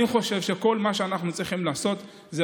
אני חושב שכל מה שאנחנו צריכים לעשות זה